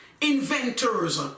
inventors